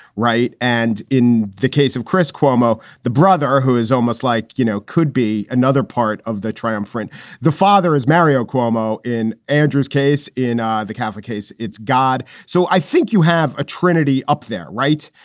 right. and in the case of chris cuomo, the brother who is almost like, you know, could be another part of the triumph and the father is mario cuomo. in andrew's case, in ah the catholic case, it's god. so i think you have a trinity up there, right?